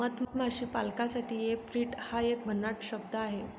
मधमाशी पालकासाठी ऍपेरिट हा एक भन्नाट शब्द आहे